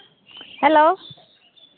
hello